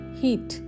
heat